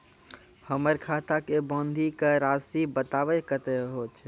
हमर खाता के बाँकी के रासि बताबो कतेय छै?